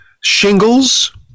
shingles